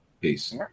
Peace